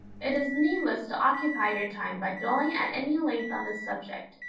it is needless to occupy your time by dwelling at any length on this subject,